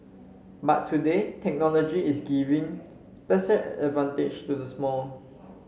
but today technology is giving advantage to the small